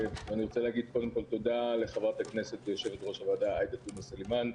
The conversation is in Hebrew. קודם כול תודה לחברת הכנסת ויושבת-ראש הוועדה עאידה תומא סלימאן,